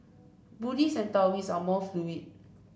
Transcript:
Buddhists and Taoists are more fluid